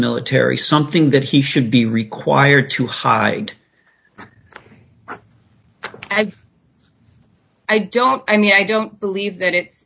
military something that he should be required to hide and i don't i mean i don't believe that it